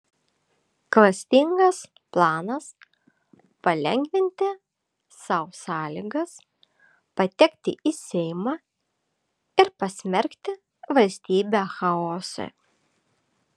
klastingas planas palengvinti sau sąlygas patekti į seimą ir pasmerkti valstybę chaosui